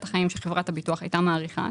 החיים שחברת הביטוח הייתה מעריכה,